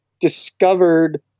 discovered